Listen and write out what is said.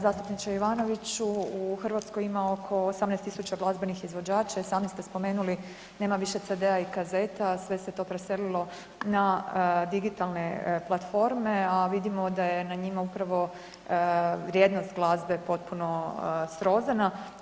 Zastupniče Ivanoviću u Hrvatskoj ima oko 18.000 glazbenih izvođača i sami ste spomenuli nema više CD-a i kaseta sve se to preselilo na digitalne platforme, a vidimo da je na njima upravo vrijednost glazbe potpuno srozana.